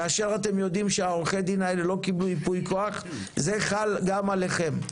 כאשר אתם יודעים שעורכי הדין האלה לא קיבלו ייפוי כוח זה חל גם עליכם,